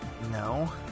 No